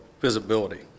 visibility